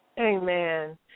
Amen